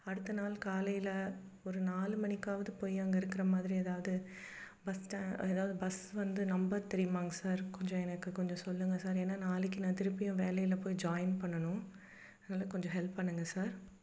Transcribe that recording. அடுத்த நாள் காலையில் ஒரு நாலு மணிக்காவது போய் அங்கே இருக்கிற மாதிரி ஏதாவது பஸ் ஸ்டா ஏதாவது பஸ் வந்து நம்பர் தெரியுமாங்க சார் கொஞ்சம் எனக்கு கொஞ்சம் சொல்லுங்க சார் ஏன்னா நாளைக்கு நான் திருப்பியும் வேலையில் போய் ஜாயின் பண்ணணும் அதனால் கொஞ்சம் ஹெல்ப் பண்ணுங்க சார்